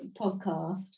podcast